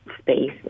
space